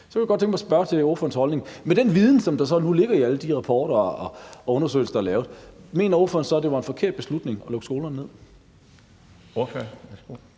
Så kunne jeg godt tænke mig at spørge til ordførerens holdning: Med den viden, som der så nu ligger i alle de rapporter og undersøgelser, der er lavet, mener ordføreren så, det var en forkert beslutning at lukke skolerne ned? Kl. 15:42 Den fg.